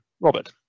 Robert